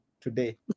today